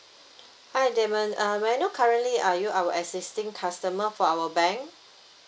hi damon uh may I know currently are you our existing customer for our bank